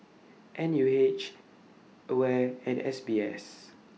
N U H AWARE and S B S